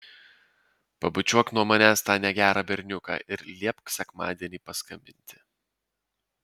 pabučiuok nuo manęs tą negerą berniuką ir liepk sekmadienį paskambinti